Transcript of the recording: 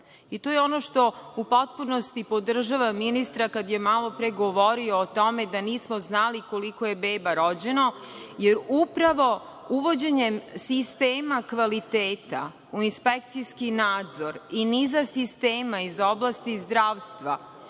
i to je ono što u potpunosti podržavam ministra kada je malopre govorio o tome da nismo znali koliko je beba rođeno, jer upravo uvođenjem sistema kvaliteta u inspekcijski nadzor i niza sistema iz oblasti zdravstva,